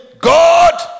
God